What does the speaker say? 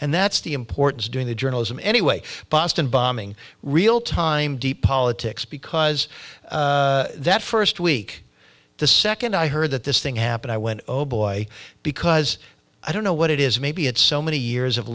and that's the importance of doing the journalism anyway boston bombing real time deep politics because that first week the second i heard that this thing happened i went oh boy because i don't know what it is maybe it's so many years of